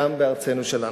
גם בארצנו שלנו.